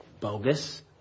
bogus